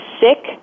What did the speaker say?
sick